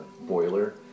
boiler